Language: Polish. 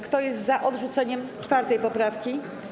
Kto jest za odrzuceniem 4. poprawki?